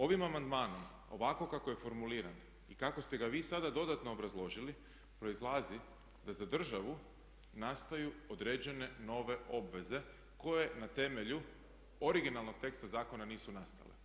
Ovim amandmanom ovako kako je formuliran i kako ste ga vi sada dodatno obrazložili proizlazi da za državu nastaju određene nove obveze koje na temelju originalnog teksta zakona nisu nastale.